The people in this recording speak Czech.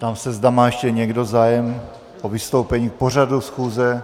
Ptám se, zda má ještě někdo zájem o vystoupení k pořadu schůze.